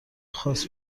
خاص